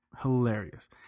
hilarious